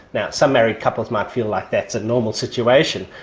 now, some married couples might feel like that's a normal situation,